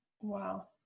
Wow